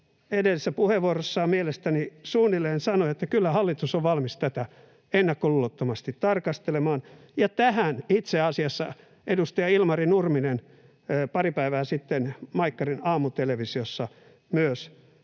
edellisessä puheenvuorossaan mielestäni sanoi, suunnilleen niin, että kyllä hallitus on valmis tätä ennakkoluulottomasti tarkastelemaan. Ja tähän itse asiassa myös edustaja Ilmari Nurminen pari päivää sitten Maikkarin aamutelevisiossa